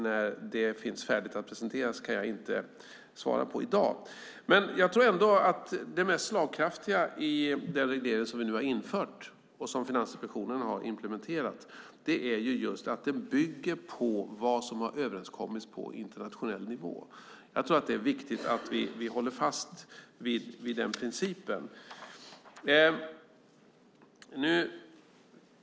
När det finns färdigt att presentera kan jag inte svara på i dag. Jag tror ändå att det mest slagkraftiga i den reglering som vi nu har infört och som Finansinspektionen har implementerat just är att det bygger på vad som har överenskommits på internationell nivå. Jag tror att det är viktigt att vi håller fast vid den principen.